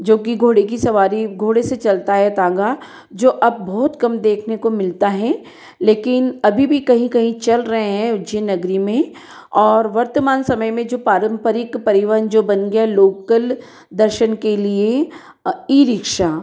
जो कि घोड़े की सवारी घोड़े से चलता है तांगा जो अब बहुत कम देखने को मिलता है लेकिन अभी भी कहीं कहीं चल रहे हैं उज्जैन नगरी में और वर्तमान समय में पारम्परिक परिवहन जो बन गया है लोकल दर्शन के लिए ई रिक्शा